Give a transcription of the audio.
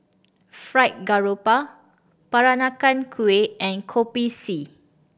Fried Garoupa Peranakan Kueh and Kopi C